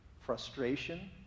frustration